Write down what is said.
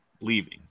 leaving